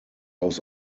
aus